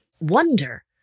Wonder